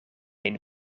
een